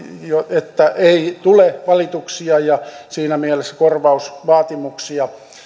että ei tule valituksia ja siinä mielessä korvausvaatimuksia